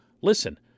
listen